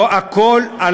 לא נרשם.